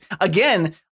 again